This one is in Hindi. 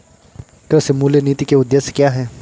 कृषि मूल्य नीति के उद्देश्य क्या है?